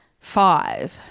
Five